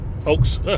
Folks